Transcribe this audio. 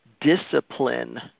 discipline